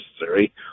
necessary